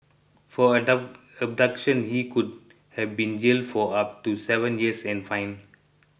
for abduction he could have been jailed for up to seven years and fined